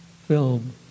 film